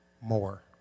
more